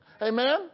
Amen